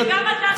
כדי שגם אתה תדע.